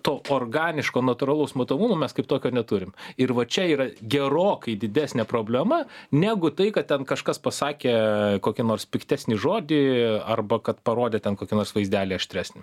to organiško natūralaus matomumo mes kaip tokio neturim ir va čia yra gerokai didesnė problema negu tai kad ten kažkas pasakė kokį nors piktesnį žodį arba kad parodė ten kokį nors vaizdelį aštresnį